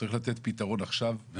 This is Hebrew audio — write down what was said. צריך לתת פתרון עכשיו,